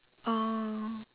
oh